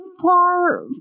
far